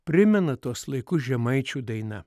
primena tuos laikus žemaičių daina